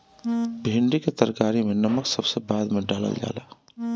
भिन्डी के तरकारी में नमक सबसे बाद में डालल जाला